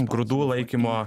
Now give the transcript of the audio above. grūdų laikymo